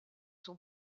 son